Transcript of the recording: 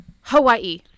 Hawaii